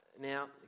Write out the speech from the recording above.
Now